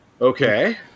Okay